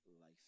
life